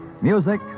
Music